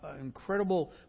incredible